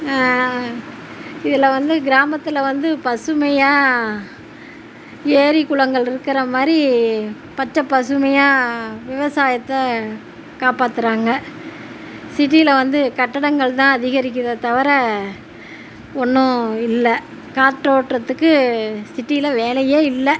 இதில் வந்து கிராமத்தில் வந்து பசுமையாக ஏரி குளங்கள் இருக்கிற மாதிரி பச்சை பசுமையாக விவசாயத்தை காப்பாற்றுறாங்க சிட்டியில வந்து கட்டிங்கள் தான் அதிகரிக்கிறதே தவிர ஒன்றும் இல்லை காற்றோட்டதுக்கு சிட்டியில வேலையே இல்லை